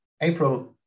April